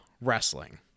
wrestling